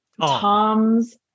Tom's